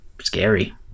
scary